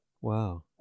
Wow